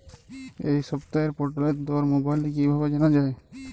এই সপ্তাহের পটলের দর মোবাইলে কিভাবে জানা যায়?